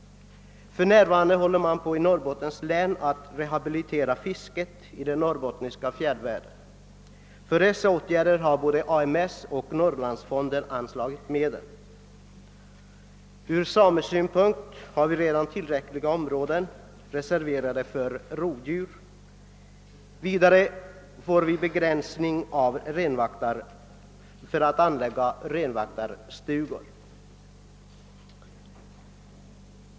För närvarande håller man i Norrbottens län på med att rehabilitera fisket i den norrbottniska fjällvärlden. För dessa ändamål har både AMS och Norrlandsfonden anslagit medel. En nationalpark skulle bl.a. innebära en inskränkning för samerna beträffande deras möjligheter att anlägga renvaktarstugor. Det kan dessutom påpekas att tillräckligt stora områden redan finns reserverade för rovdjur.